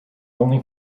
only